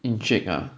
encik ah